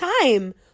time